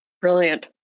Brilliant